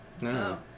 No